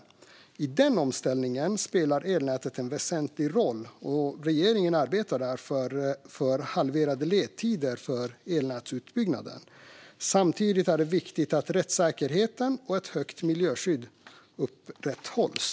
I den omställningen spelar elnätet en väsentlig roll, och regeringen arbetar därför för halverade ledtider för elnätsutbyggnaden. Samtidigt är det viktigt att rättssäkerheten och ett högt miljöskydd upprätthålls.